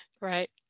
Right